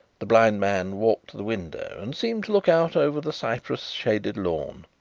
the blind man walked to the window and seemed to look out over the cypress-shaded lawn.